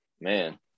man